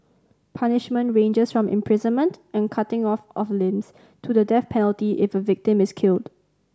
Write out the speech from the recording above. punishment ranges from imprisonment and cutting off of limbs to the death penalty if a victim is killed